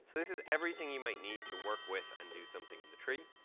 so this is everything you might need to work with and do something in the tree.